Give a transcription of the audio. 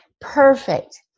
perfect